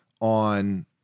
on